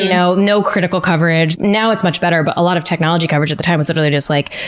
know? no critical coverage. now it's much better, but a lot of technology coverage at the time was literally just like,